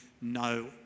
no